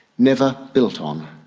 never built on,